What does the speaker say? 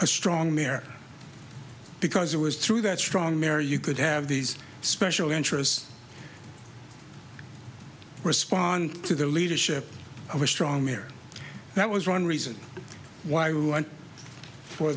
a strong mare because it was through that strong mary you could have these special interests respond to the leadership of a strong marriage that was one reason why we went for